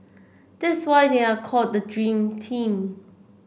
that's why they are called the dream team